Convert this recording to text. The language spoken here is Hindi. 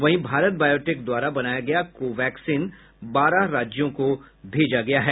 वहीं भारत बायोटेक द्वारा बनाया गया कोवैक्सीन बारह राज्यों को भेजा गया था